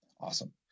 awesome